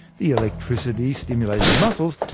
the electricity stimulated the muscles,